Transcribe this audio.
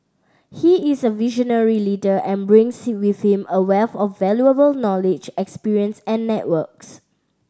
he is a visionary leader and brings with him a wealth of valuable knowledge experience and networks